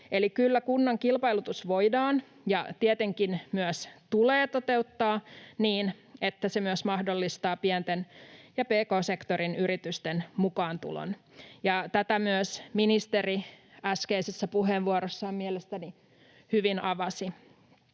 Eli kyllä kunnan kilpailutus voidaan ja tietenkin myös tulee toteuttaa niin, että se myös mahdollistaa pienten ja pk-sektorin yritysten mukaantulon, ja tätä myös ministeri äskeisessä puheenvuorossaan mielestäni hyvin avasi.